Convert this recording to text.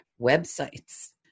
websites